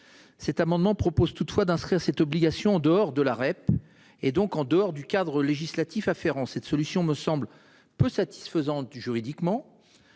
Cet amendement propose toutefois d'inscrire cette obligation d'or de l'arrête et donc en dehors du cadre législatif à faire en cette solution me semble peu satisfaisante juridiquement